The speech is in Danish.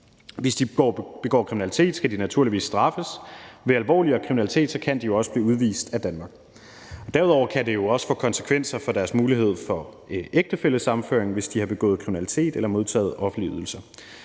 Hvis de begår kriminalitet, skal de naturligvis straffes. Ved alvorligere kriminalitet kan de jo også blive udvist af Danmark. Derudover kan det jo også få konsekvenser for deres mulighed for ægtefællesammenføring, hvis de har begået kriminalitet eller modtaget offentlige ydelser.